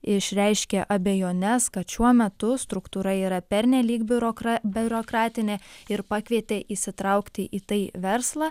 išreiškė abejones kad šiuo metu struktūra yra pernelyg biurokra biurokratinė ir pakvietė įsitraukti į tai verslą